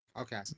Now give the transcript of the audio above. Okay